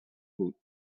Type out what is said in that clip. بود